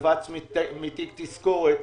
קפץ מתיק תזכורת